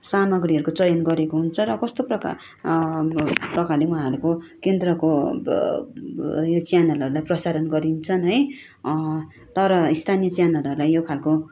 सामग्रीहरूको चयन गरिएको हुन्छ र कस्तो प्रकार प्रकारले उहाँहरूको केन्द्रको यो च्यानलहरूलाई प्रसारण गरिन्छन् है तर स्थानीय च्यानलहरूलाई यो खालको